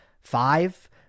Five